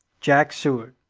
jack seward.